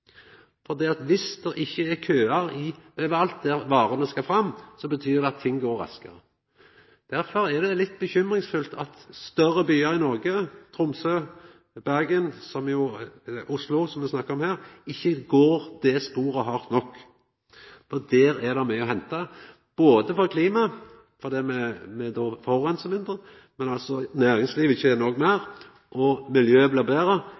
fordi dei veit at det fører til at dei tener meir pengar. Viss det ikkje er køar overalt der varene skal fram, betyr det at ting går raskare. Derfor er det litt urovekkjande at større byar i Noreg – Tromsø, Bergen, Oslo, som vi snakka om her – ikkje går det sporet hardt nok. Der er det nemleg mykje å henta for klimasaka, fordi me forureinar mindre, men òg for næringslivet, som tener meir. I tillegg blir miljøet og ikkje minst luftforureininga betre,